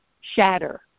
shatter